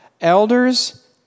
elders